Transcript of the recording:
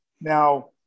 Now